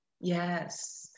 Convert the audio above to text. Yes